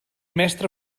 mestre